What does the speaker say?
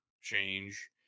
change